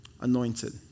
anointed